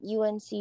UNC